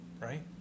right